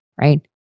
Right